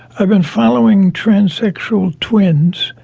i've been following transsexual twins,